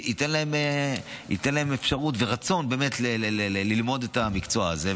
ייתן להם אפשרות ורצון ללמוד את המקצוע הזה,